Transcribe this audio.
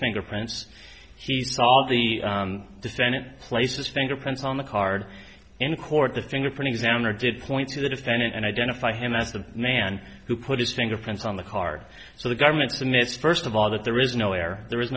fingerprints he saw the defendant places fingerprints on the card in court the fingerprint examiner did point to the defendant and identify him as the man who put his finger prints on the card so the government to miss first of all that there is no air there is